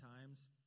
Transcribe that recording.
times